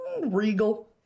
Regal